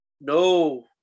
No